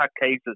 cases